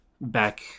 back